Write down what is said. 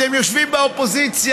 אתם יושבים באופוזיציה,